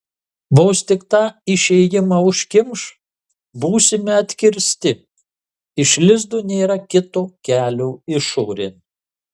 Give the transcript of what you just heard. vos tik tą išėjimą užkimš būsime atkirsti iš lizdo nėra kito kelio išorėn